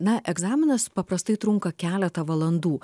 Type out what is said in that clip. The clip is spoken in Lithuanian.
na egzaminas paprastai trunka keletą valandų